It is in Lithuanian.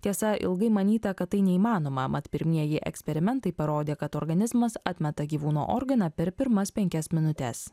tiesa ilgai manyta kad tai neįmanoma mat pirmieji eksperimentai parodė kad organizmas atmeta gyvūno organą per pirmas penkias minutes